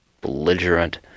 belligerent